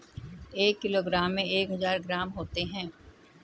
एक किलोग्राम में एक हजार ग्राम होते हैं